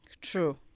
True